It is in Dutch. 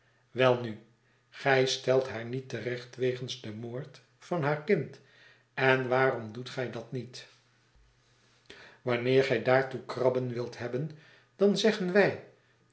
welnu gij stelt haar niette recht wegens den moord van haar kind en waarom doet gij dat niet wanneer gij daartoe krabben wilt hebben dan zeggen wij